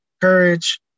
courage